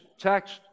text